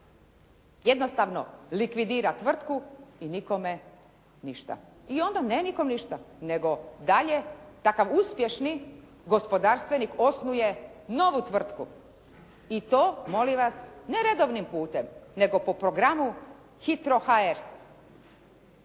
jednostavno likvidira tvrtku i nikome ništa. I onda ne nikom ništa, nego dalje takav uspješni gospodarstvenik osnuje novu tvrtku i to molim vas ne redovnim putem, nego po programu HITRO.HR